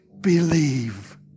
believe